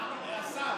השר,